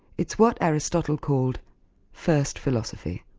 it's what aristotle called first philosophy,